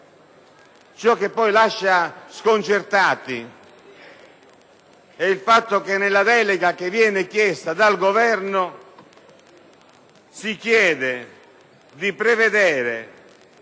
Cioche poi lascia sconcertati e il fatto che nella delega chiesta dal Governo si chiede di prevedere,